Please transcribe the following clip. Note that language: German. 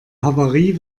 havarie